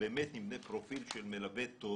נבנה פרופיל של מלווה טוב,